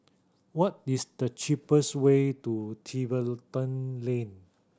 what is the cheapest way to Tiverton Lane